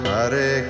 Hare